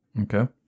Okay